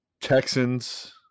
Texans